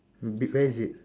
big where is it